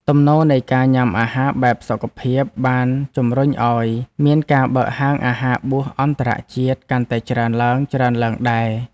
ទំនោរនៃការញ៉ាំអាហារបែបសុខភាពបានជំរុញឱ្យមានការបើកហាងអាហារបួសអន្តរជាតិកាន់តែច្រើនឡើងៗដែរ។